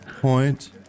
Point